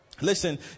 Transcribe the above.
Listen